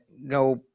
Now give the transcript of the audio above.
no